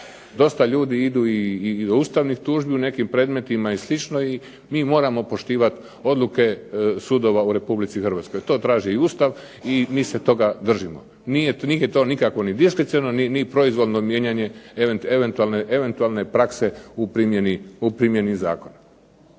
dosta ljudi idu i do ustavnih tužbi u nekim predmetima i slično. I mi moramo poštivati odluke sudova u Republici Hrvatskoj. To traži i Ustav i mi se toga držimo. Nije to nikakvo ni diskreciono, ni proizvoljno mijenjanje eventualne prakse u primjeni zakona.